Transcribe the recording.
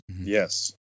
Yes